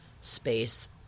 space